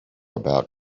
about